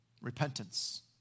Repentance